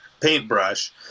paintbrush